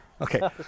okay